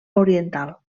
oriental